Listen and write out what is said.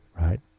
Right